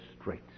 straight